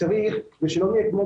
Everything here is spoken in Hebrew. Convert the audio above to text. צריך ושלא נהיה כמו